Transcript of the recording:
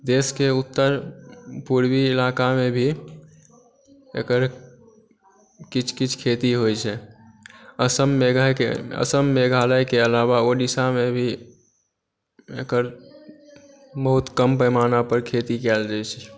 देशके उत्तर पूर्वी इलाकामे भी एकर किछु किछु खेती होइ छै असममे आहाँकेँ असम मेघालयके अलावा ओडिशामे भी एकर बहुत कम पैमाना पर खेती कयल जाइत छै